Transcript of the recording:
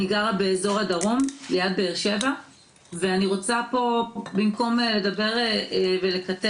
אני גרה באזור הדרום ליד באר שבע ואני רוצה פה במקום לדבר ולקטר,